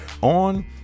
On